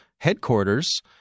headquarters